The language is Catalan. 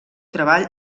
treball